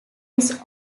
his